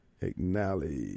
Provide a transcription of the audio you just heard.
acknowledge